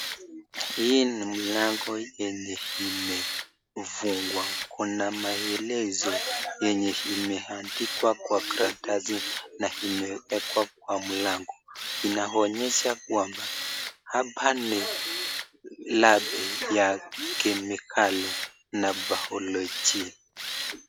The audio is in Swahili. Hii ni mlango yenye imefungwa. Kuna maelezo enye imeandikwa kwa karatasi na imewekwa kwa mlango. Inaonyesha kwamba hapa ni labi ya chemicali na biologia.